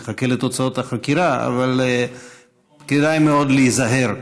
נחכה לתוצאות החקירה, אבל כדאי מאוד להיזהר.